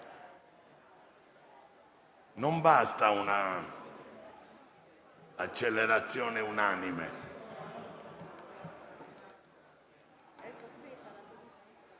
Non basta un'accelerazione unanime.